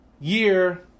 year